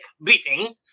briefing